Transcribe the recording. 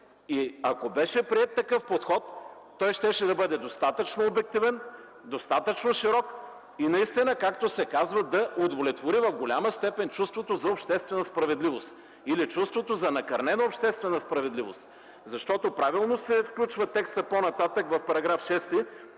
Ако беше приет такъв подход, той щеше да бъде достатъчно обективен, достатъчно широк, наистина, както се казва, да удовлетвори в голяма степен чувството за обществена справедливост, или чувството за накърнена обществена справедливост. Правилно се включва текстът по-нататък в § 6